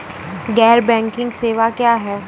गैर बैंकिंग सेवा क्या हैं?